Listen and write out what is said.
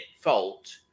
fault